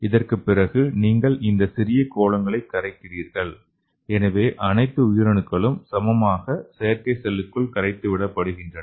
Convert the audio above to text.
இதற்குப் பிறகுநீங்கள் இந்த சிறிய கோளங்களை கரைக்கிறீர்கள் எனவே அனைத்து உயிரணுக்களும் சமமாக செயற்கை செல்களுக்குள் கரைத்து விடப்படுகின்றன